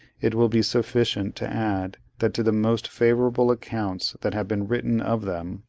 it will be sufficient to add, that to the most favourable accounts that have been written of them,